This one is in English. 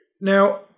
Now